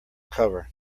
cover